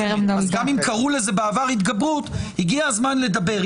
גם אם קראו לזה בעבר התגברות, הגיע הזמן לדבר.